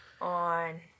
on